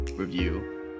review